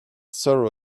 sorrow